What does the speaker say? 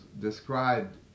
described